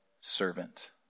servant